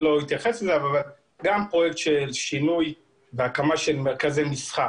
לא התייחס אליו אבל גם זה פרויקט של שינוי בהקמה של מרכזי מסחר.